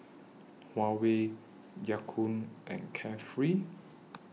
Huawei Ya Kun and Carefree